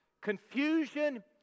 confusion